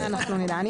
עד יום